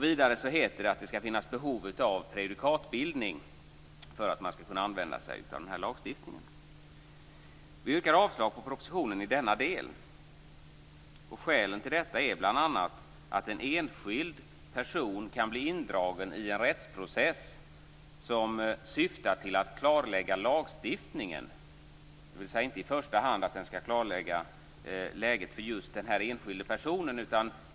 Vidare heter det att det skall finnas behov av prejudikatbildning för att man skall kunna använda sig av den här lagstiftningen. Vi moderater yrkar avslag på propositionen i denna del. Skälen till detta är bl.a. att en enskild person kan bli indragen i en rättsprocess som syftar till att klarlägga lagstiftningen, dvs. inte i första hand till att klarlägga läget för den enskilde personen.